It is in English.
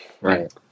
Right